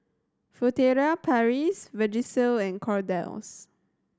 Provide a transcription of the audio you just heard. Furtere Paris Vagisil and Kordel's